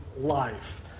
life